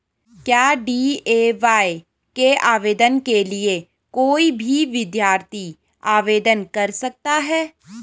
क्या डी.ए.वाय के आवेदन के लिए कोई भी विद्यार्थी आवेदन कर सकता है?